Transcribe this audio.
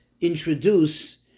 introduce